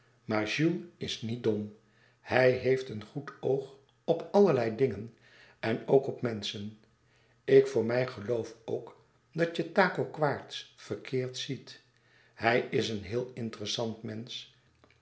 is niet dom hij heeft een goed oog op allerlei dingen en ook op menschen ik voor mij geloof ok dat je taco quaerts verkeerd ziet hij is een heel interessant mensch